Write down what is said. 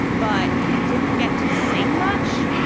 but he didn't get to sing much.